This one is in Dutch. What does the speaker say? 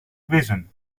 quizzen